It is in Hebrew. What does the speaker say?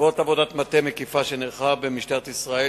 בעקבות עבודת מטה מקיפה שנערכה במשטרת ישראל,